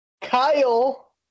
Kyle